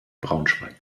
braunschweig